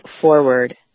forward